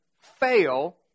fail